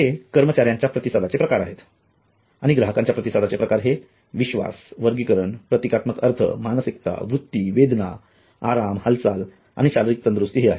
ते कर्मचाऱ्यांच्या प्रतिसादाचे प्रकार आहेत आणि ग्राहकांच्या प्रतिसादाचे प्रकार हे विश्वास वर्गीकरण प्रतीकात्मक अर्थ मानसिकता वृत्ती वेदना आराम हालचाल आणि शारीरिक तंदुरुस्ती आहेत